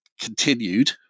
continued